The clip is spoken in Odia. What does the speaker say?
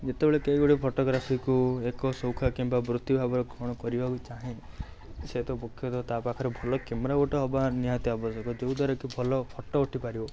ଯେତେବେଳେ କେହି ଗୋଟେ ଫଟୋଗ୍ରାଫିକୁ ଏକ ସଉକ କିମ୍ବା ବୃତ୍ତି ଭାବରେ ଗ୍ରହଣ କରିବାକୁ ଚାହେଁ ସେ ତ ମୁଖ୍ୟତଃ ତା' ପାଖରେ ଭଲ କ୍ୟାମେରା ଗୋଟେ ହେବା ନିହାତି ଆବଶ୍ୟକ ଯେଉଁ ଦ୍ୱାରାକି ଭଲ ଫଟୋ ଉଠି ପାରିବ